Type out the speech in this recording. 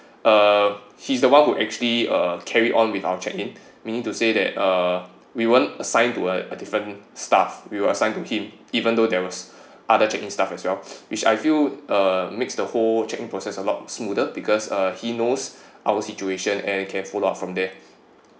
uh he's the one who actually uh carry on with our check in meaning to say that uh we weren't assigned to a a different staff we were assigned to him even though there was other check in staff as well which I feel uh makes the whole check in process a lot smoother because uh he knows our situation and can follow up from there